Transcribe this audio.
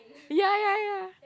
ya ya ya